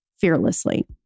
fearlessly